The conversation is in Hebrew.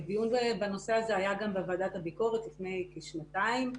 דיון בנושא הזה היה בוועדת הביקורת לפני כשנתיים,